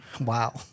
Wow